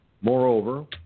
Moreover